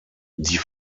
die